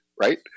Right